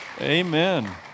amen